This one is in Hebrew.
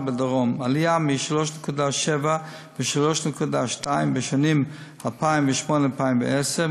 בדרום: עלייה מ-3.7 ו-3.2 בשנים 2008 2010,